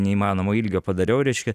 neįmanomo ilgio padariau reiškia